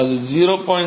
அது 0